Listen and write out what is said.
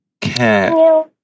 cat